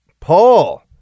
Paul